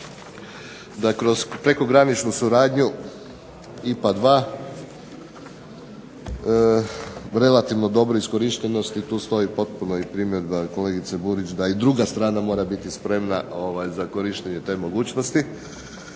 da kroz prekograničnu suradnju IPA2 relativno dobro iskorištenost, i tu stoji potpuno i primjedba kolegice Burić da i druga strana mora biti spremna za korištenje te mogućnosti.